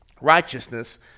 righteousness